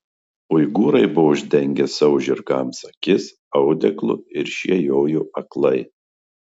uigūrai buvo uždengę savo žirgams akis audeklu ir šie jojo aklai